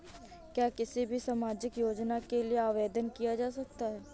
क्या किसी भी सामाजिक योजना के लिए आवेदन किया जा सकता है?